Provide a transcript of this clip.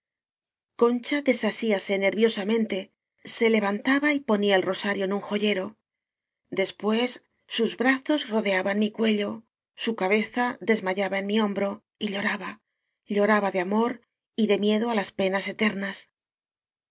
concha desasíase nervio samente se levantaba y ponía el rosario en un joyero después sus brazos rodeaban mi cuello su cabeza desmayaba en mi hombro y lloraba lloraba de amor y de miedo á las penas eternas